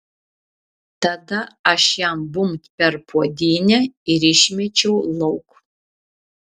tada aš jam bumbt per puodynę ir išmečiau lauk